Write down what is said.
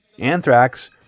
anthrax